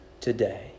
today